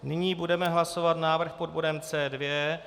Nyní budeme hlasovat návrh pod bodem C2.